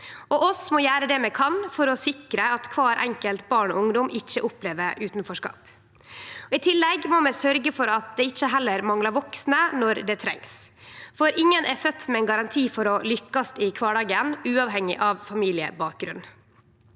og vi må gjere det vi kan for å sikre at kvart enkelt barn og kvar enkelt ungdom ikkje opplever utanforskap. I tillegg må vi sørgje for at det heller ikkje manglar vaksne når det trengst. Ingen er født med ein garanti for å lykkast i kvardagen, uavhengig av familiebakgrunn,